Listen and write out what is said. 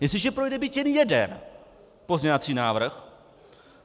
Jestliže projde byť jen jeden pozměňovací návrh